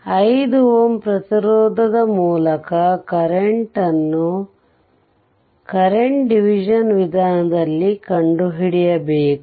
5 Ω ಪ್ರತಿರೋಧದ ಮೂಲಕ ಕರೆಂಟ್ ನ್ನು ಕರೆಂಟ್ ಡಿವಿಷನ್ ವಿಧಾನದಲ್ಲಿ ಕಂಡು ಹಿಡಿಯಬೇಕು